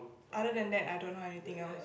other than that I don't know anything else